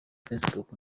facebook